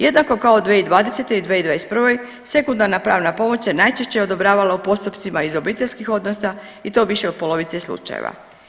Jednako kao 2020. i u 2021. sekundarna pravna pomoć se najčešće odobravala u postupcima iz obiteljskih odnosa i to više od polovice slučajeva.